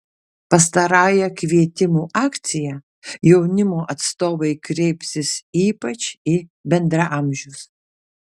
pastarąja kvietimų akcija jaunimo atstovai kreipsis ypač į bendraamžius